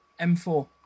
m4